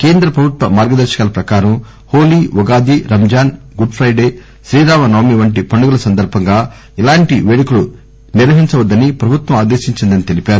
కేంద్ర ప్రభుత్వ మార్గదర్శకాల ప్రకారం హోలీ ఉగాది రంజాన్ గుడ్ పైడే శ్రీరామనవమి వంటి పండుగల సందర్బంగా ఎలాంటి పేడుకలు నిర్వహించవద్దని ప్రభుత్వం ఆదేశించిందని తెలిపారు